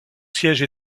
siège